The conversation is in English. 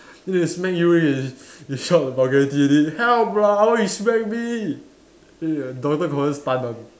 then they smack you already you shout vulgarity already help lah why you smack me tell you ah Donathan confirm stun one